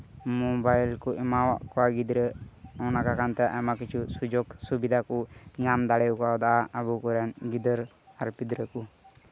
mobile ᱠᱚ ᱮᱢᱟᱜᱟᱫ ᱠᱚᱣᱟ ᱜᱤᱫᱽᱨᱟᱹ ᱚᱱᱠᱟ ᱠᱟᱱᱛᱮ ᱟᱭᱢᱟ ᱠᱤᱪᱷᱩ ᱥᱩᱡᱳᱜᱽ ᱥᱩᱵᱤᱫᱷᱟ ᱠᱚ ᱧᱟᱢ ᱫᱟᱲᱮ ᱠᱟᱣᱫᱟ ᱟᱵᱚ ᱠᱚᱨᱮᱱ ᱜᱤᱫᱟᱹᱨ ᱟᱨ ᱯᱤᱫᱽᱨᱟᱹ ᱠᱚ